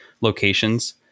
locations